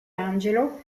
angelo